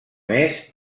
més